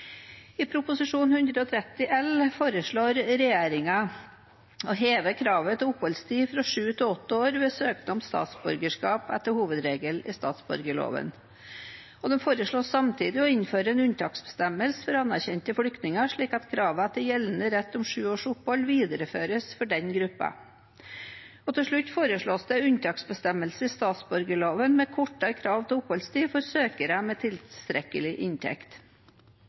I Prop. 130 L for 2020–2021 foreslår regjeringen å heve kravet til oppholdstid fra sju til åtte år ved søknad om statsborgerskap etter hovedregelen i statsborgerloven. Det foreslås samtidig å innføre en unntaksbestemmelse for anerkjente flyktninger slik at kravene til gjeldende rett om sju års opphold videreføres for den gruppen. Til slutt foreslås det en unntaksbestemmelse i statsborgerloven om kortere krav til oppholdstid for søkere med tilstrekkelig inntekt.